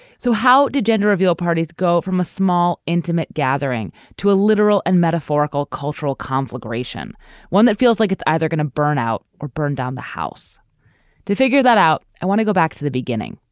so how do gender reveal parties go from a small intimate gathering to a literal and metaphorical cultural conflagration one that feels like it's either going to burn out or burn down the house to figure that out i want to go back to the beginning.